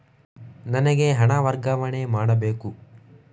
ನನಗೆ ಹಣ ವರ್ಗಾವಣೆ ಮಾಡಬೇಕು